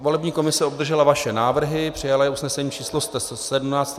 Volební komise obdržela vaše návrhy, přijala usnesení číslo 117.